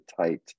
tight